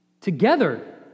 together